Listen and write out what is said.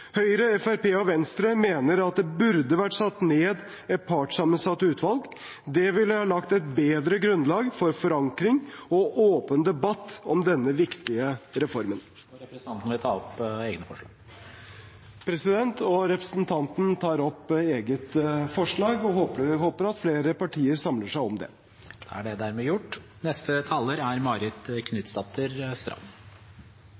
Høyre, Fremskrittspartiet og Venstre mener at det burde vært satt ned et partssammensatt utvalg. Det ville lagt et bedre grunnlag for forankring og åpen debatt om denne viktige reformen. Jeg tar opp eget forslag og håper at flere partier samler seg om det. Representanten Jan Tore Sanner har tatt opp det